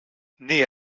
née